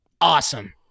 awesome